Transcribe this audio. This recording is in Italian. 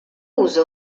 uso